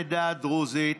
הקומוניסטי,